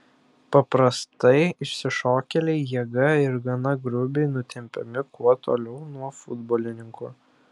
paprastai išsišokėliai jėga ir gana grubiai nutempiami kuo toliau nuo futbolininkų